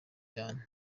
cyane